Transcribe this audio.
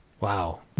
Wow